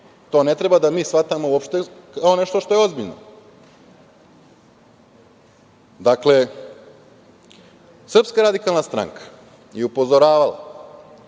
To ne treba da mi shvatamo uopšte kao nešto što je ozbiljno. Srpska radikalna stranka je upozoravala